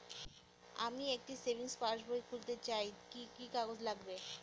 আমি একটি সেভিংস পাসবই খুলতে চাই কি কি কাগজ লাগবে?